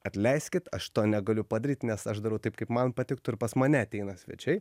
atleiskit aš to negaliu padaryt nes aš darau taip kaip man patiktų ir pas mane ateina svečiai